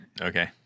Okay